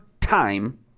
time